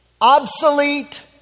obsolete